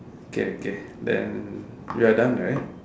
okay okay then we're done right